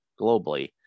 globally